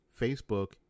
Facebook